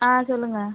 ஆ சொல்லுங்கள்